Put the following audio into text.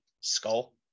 skull